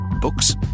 Books